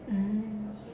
mm